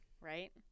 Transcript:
right